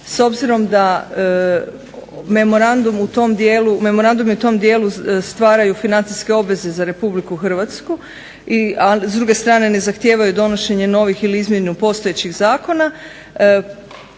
S obzirom da memorandumi u tom dijelu stvaraju financijske obveze za RH, a s druge strane ne zahtijevaju donošenje novih ili izmjenu postojećih zakona